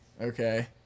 okay